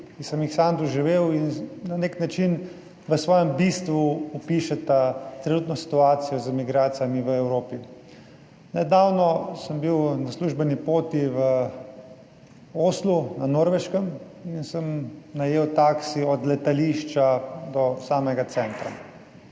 ki sem jih sam doživel in na nek način v svojem bistvu opišeta trenutno situacijo z migracijami v Evropi. Nedavno sem bil na službeni poti v Oslu na Norveškem in sem najel taksi od letališča do samega centra.